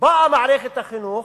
באה מערכת החינוך